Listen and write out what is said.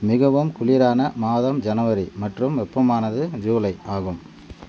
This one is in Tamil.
மிகவும் குளிரான மாதம் ஜனவரி மற்றும் வெப்பமானது ஜூலை ஆகும்